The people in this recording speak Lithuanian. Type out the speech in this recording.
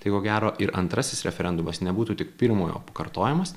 tai ko gero ir antrasis referendumas nebūtų tik pirmojo pakartojimas